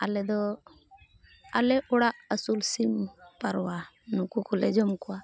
ᱟᱞᱮ ᱫᱚ ᱟᱞᱮ ᱚᱲᱟᱜ ᱟᱹᱥᱩᱞ ᱥᱤᱢ ᱯᱟᱨᱣᱟ ᱱᱩᱠᱩ ᱠᱚᱞᱮ ᱡᱚᱢ ᱠᱚᱣᱟ